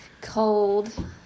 Cold